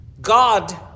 God